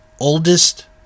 oldest